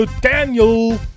Daniel